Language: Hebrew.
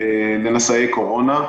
לנשאי קורונה.